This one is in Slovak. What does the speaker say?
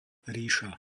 ríša